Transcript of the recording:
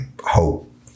hope